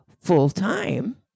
full-time